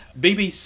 BBC